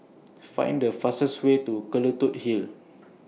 Find The fastest Way to Hill